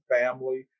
family